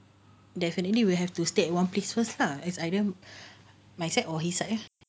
definitely will have to stay at one place first lah it's either my side or his side lah